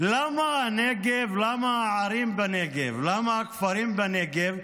למה הנגב, למה הערים בנגב, למה הכפרים בנגב,